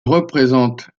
représente